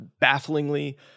bafflingly